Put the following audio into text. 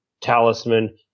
talisman